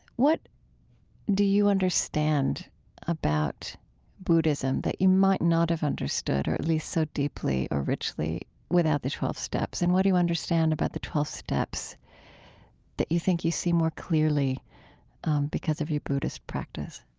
what do you understand about buddhism that you might not have understood or at least so deeply or richly without the twelve steps, and what do you understand about the twelve steps that you think you see more clearly because of your buddhist practice?